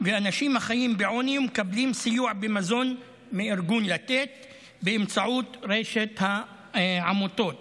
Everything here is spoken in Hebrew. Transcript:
ואנשים החיים בעוני ומקבלים סיוע במזון מארגון לתת באמצעות רשת עמותות.